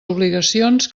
obligacions